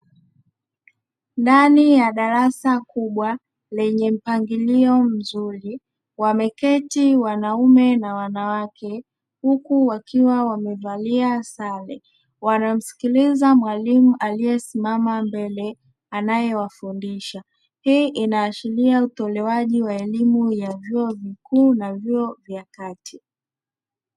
Ndani ya darasa kubwa lenye mpangilio mzuri; wameketi wanaume na wanawake huku wakiwa wamevalia sare, wanamsikiliza mwalimu aliyesimama mbele anayewafundisha. Hii inaashiria utolewaji wa elimu ya vyuo vikuu na vyuo vya kati.